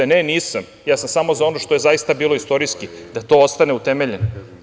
Ne, nisam, ja sam samo za ono što je zaista bilo istorijski, da to ostane utemeljeno.